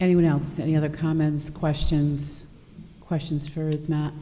anyone else any other comments questions questions for it's not